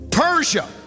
Persia